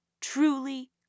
Truly